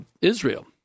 Israel